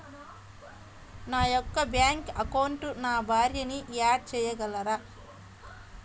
నా యొక్క బ్యాంక్ అకౌంట్కి నా భార్యని యాడ్ చేయగలరా?